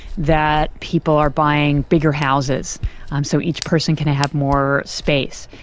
that people are buying bigger houses so each person can have more space,